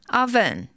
oven